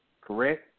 Correct